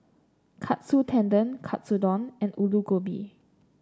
Katsu Tendon Katsudon and Alu Gobi